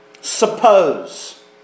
suppose